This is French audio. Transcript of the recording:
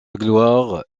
gloire